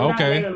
Okay